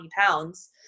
pounds